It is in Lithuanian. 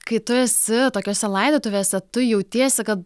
kai tu esi tokiose laidotuvėse tu jautiesi kad